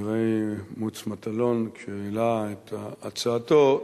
חברי מוץ מטלון, כשהעלה את הצעתו,